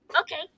okay